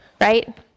Right